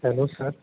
hello sir